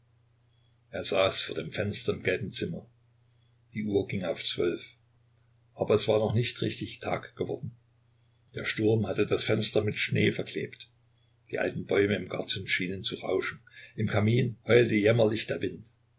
er saß vor dem fenster im gelben zimmer die uhr ging auf zwölf aber es war noch nicht richtig tag geworden der sturm hatte das fenster mit schnee verklebt die alten bäume im garten schienen zu rauschen im kamin heulte jämmerlich der wind